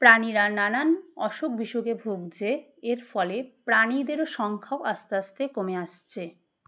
প্রাণীরা নানান অসুখ বিসুখে ভুগছে এর ফলে প্রাণীদেরও সংখ্যাও আস্তে আস্তে কমে আসছে